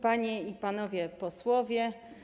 Panie i Panowie Posłowie!